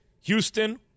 Houston